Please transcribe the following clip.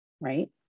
Right